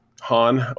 Han